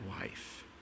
wife